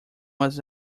was